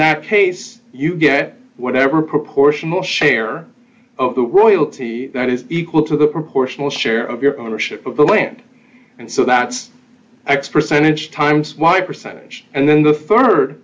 that case you get whatever proportional share of the royalty that is equal to the proportional share of your ownership of the land and so that's x percentage times y percentage and then the